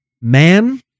man